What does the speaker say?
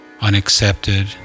unaccepted